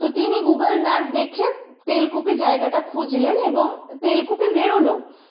তো তিনি Google map দেখে তেলকুপি জায়গাটা খুঁজলেন এবং তেলকুপি বেরোলোও